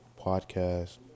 Podcast